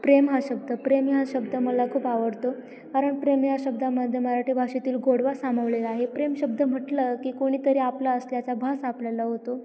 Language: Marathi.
प्रेम हा शब्द प्रेम या शब्द मला खूप आवडतो कारण प्रेम हा शब्दामध्ये मराठी भाषेतील गोडवा सामावलेला आहे प्रेम शब्द म्हटलं की कोणीतरी आपला असल्याचा भास आपल्याला होतो